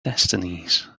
destinies